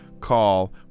call